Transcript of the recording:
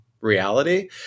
reality